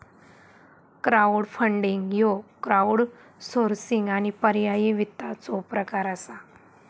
crowdfunding ह्यो crowdsourcing आणि पर्यायी वित्ताचो प्रकार असा